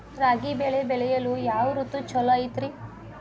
ರಾಗಿ ಬೆಳೆ ಬೆಳೆಯಲು ಯಾವ ಋತು ಛಲೋ ಐತ್ರಿ?